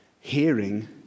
Hearing